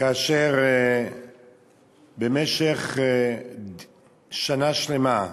כאשר במשך שנה שלמה,